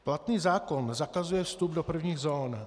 Platný zákon zakazuje vstup do prvních zón.